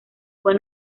fue